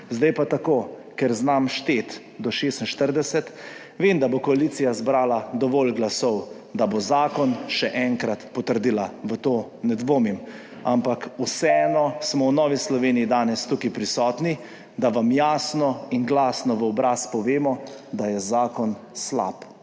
Zdaj pa tako. Ker znam šteti do 46, vem, da bo koalicija zbrala dovolj glasov, da bo zakon še enkrat potrdila. V to ne dvomim, ampak vseeno smo v Novi Sloveniji danes tukaj prisotni, da vam jasno in glasno v obraz povemo, da je zakon slab,